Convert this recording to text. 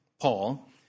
Paul